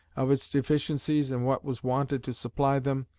of its deficiencies, and what was wanted to supply them,